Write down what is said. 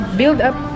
build-up